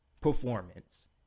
performance